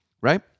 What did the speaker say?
right